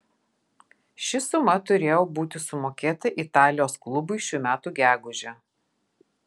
ši suma turėjo būti sumokėta italijos klubui šių metų gegužę